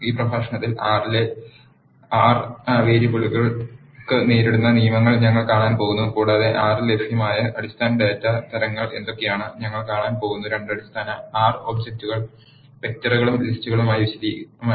ഈ പ്രഭാഷണത്തിൽ ആർലെ വേരിയബിളുകൾക്ക് പേരിടുന്ന നിയമങ്ങൾ ഞങ്ങൾ കാണാൻ പോകുന്നു കൂടാതെ ആർ ൽ ലഭ്യമായ അടിസ്ഥാന ഡാറ്റാ തരങ്ങൾ എന്തൊക്കെയാണ് ഞങ്ങൾ കാണാൻ പോകുന്നു രണ്ട് അടിസ്ഥാന ആർ ഒബ് ജക്റ്റുകൾ വെക്റ്ററുകളും ലിസ്റ്റുകളും വിശദമായി